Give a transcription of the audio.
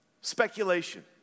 speculation